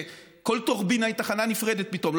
כל טורבינה היא תחנה נפרדת פתאום.